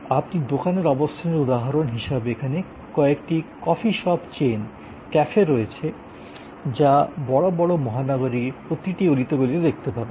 আপনি দোকানের অবস্থানের উদাহরণ হিসাবে এখানে কয়েকটি কফি শপ চেইন ক্যাফে রয়েছে যা বড় বড় মহানগরীর প্রতিটি অলিতে গলিতে দেখতে পাবেন